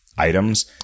items